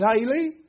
daily